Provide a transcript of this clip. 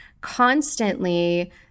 constantly